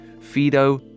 Fido